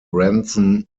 branson